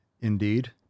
Indeed